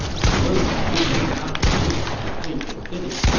i worry that you may not be able to take the city.